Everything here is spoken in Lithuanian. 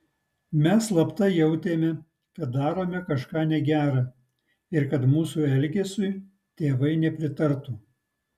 mes slapta jautėme kad darome kažką negera ir kad mūsų elgesiui tėvai nepritartų